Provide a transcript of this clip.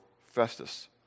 Festus